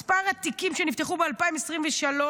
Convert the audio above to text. מספר התיקים שנפתחו ב-2023,